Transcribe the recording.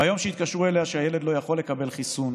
ביום שהתקשרו אליה שהילד לא יכול לקבל חיסון